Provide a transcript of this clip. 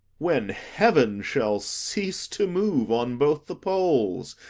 when heaven shall cease to move on both the poles,